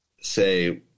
Say